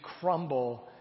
crumble